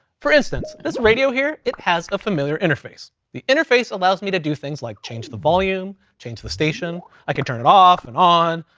for instance, this radio here, it has a familiar interface. the interface allows me to do things like change the volume, change the station, i can turn it off, and on.